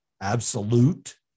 absolute